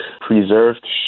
preserved